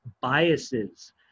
biases